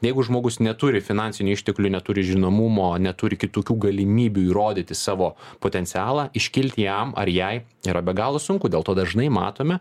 jeigu žmogus neturi finansinių išteklių neturi žinomumo neturi kitokių galimybių įrodyti savo potencialą iškilti jam ar jai yra be galo sunku dėl to dažnai matome